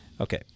Okay